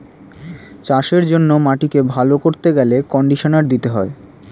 চাষের জন্য মাটিকে ভালো করতে গেলে কন্ডিশনার দিতে হয়